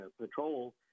Patrol